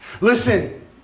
Listen